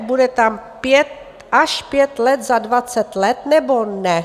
Bude tam pět, až pět let za dvacet let, nebo ne?